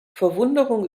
verwunderung